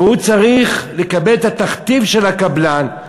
והוא צריך לקבל את התכתיב של הקבלן,